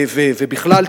ובכלל,